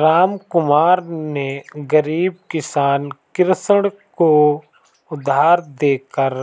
रामकुमार ने गरीब किसान कृष्ण को उधार देकर